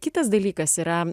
kitas dalykas yra